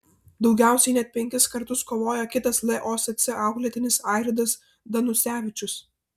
daugiausiai net penkis kartus kovojo kitas losc auklėtinis airidas danusevičius